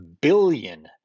billion